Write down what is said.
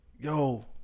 yo